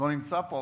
לא נמצא פה.